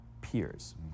peers